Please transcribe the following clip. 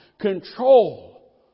control